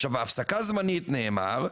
עכשיו ההפסקה הזמנית נאמר,